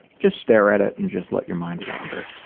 just stare at it and just let your mind wander.